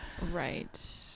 Right